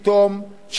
פתאום,